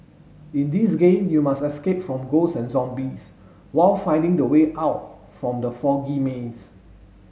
in this game you must escape from ghosts and zombies while finding the way out from the foggy maze